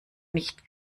nicht